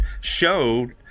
showed